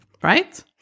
Right